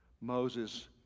Moses